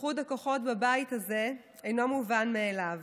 איחוד הכוחות בבית הזה אינו מובן מאליו.